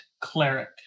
Cleric